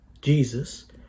Jesus